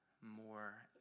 more